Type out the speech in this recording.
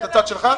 את הצד שלך.